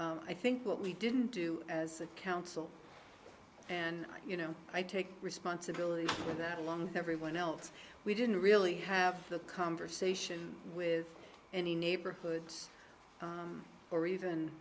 it i think what we didn't do as a council and you know i take responsibility for that along everyone else we didn't really have the conversation with any neighborhoods or even